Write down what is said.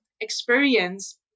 experience